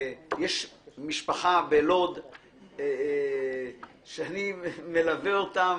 יש משפחה בלוד שאני מלווה אותה,